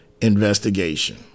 investigation